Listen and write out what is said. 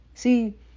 See